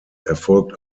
erfolgt